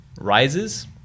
rises